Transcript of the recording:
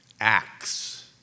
acts